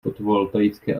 fotovoltaické